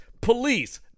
police